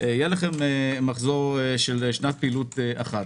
יהיה לכם מחזור של שנת פעילת אחת,